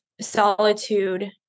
solitude